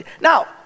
now